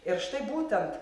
ir štai būtent